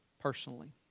personally